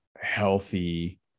healthy